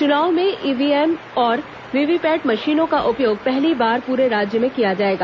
चुनाव में ईव्हीएम औश्र वीवीपैट मशीनों का उपयोग पहली बार पूरे राज्य में किया जाएगा